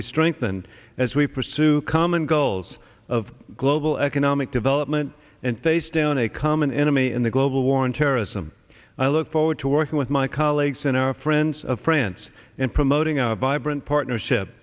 be strengthened as we pursue common goals of global economic development and face down a common enemy in the global war on terrorism i look forward to working with my colleagues and friends of friends in promoting a vibrant partnership